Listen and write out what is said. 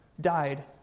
died